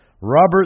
Robert